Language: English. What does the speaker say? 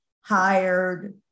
hired